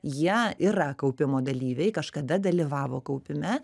jie yra kaupimo dalyviai kažkada dalyvavo kaupime